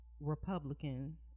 Republicans